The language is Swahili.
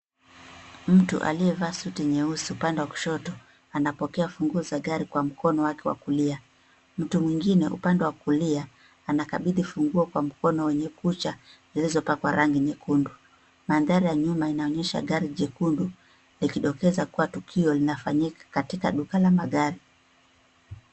Mtu aliyevaa suti nyeusi upande wa kushoto anapokea funguo za gari kwa mkono wake wa kulia. Mtu mwingine upande wa kulia, anakabidhi funguo kwa mkono wenye kucha zilizopakwa rangi nyekundu. Mandhari ya nyuma inaonyesha gari jekundu likidokeza kuwa tukio linafanyika katika duka la magari.